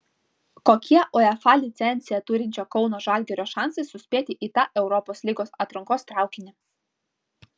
kokie uefa licenciją turinčio kauno žalgirio šansai suspėti į tą europos lygos atrankos traukinį